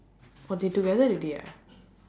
oh they together already ah